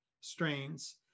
strains